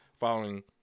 following